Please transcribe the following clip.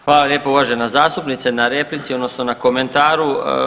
Hvala lijepo uvažena zastupnice na replici odnosno na komentaru.